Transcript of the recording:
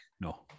No